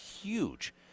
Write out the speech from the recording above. huge